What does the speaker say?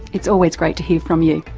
it's always great to hear from you.